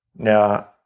Now